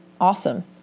awesome